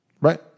Right